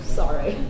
sorry